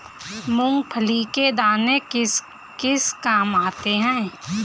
मूंगफली के दाने किस किस काम आते हैं?